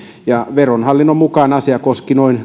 verohallinnon mukaan asia koski noin